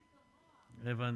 ביטל,